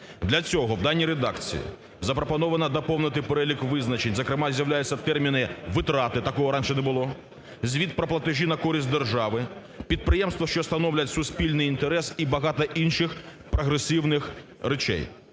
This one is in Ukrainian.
Для цього в даній редакції запропоновано доповнити перелік визначень, зокрема, з'являються терміни "витрати", такого раніше не було, "звіт про платежі на користь держави", "підприємства, що становлять суспільний інтерес" і багато інших прогресивних речей.